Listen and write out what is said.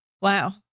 Wow